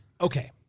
Okay